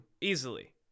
easily